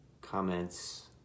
comments